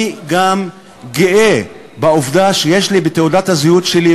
אני גם גאה בעובדה שיש לי בתעודת הזהות שלי,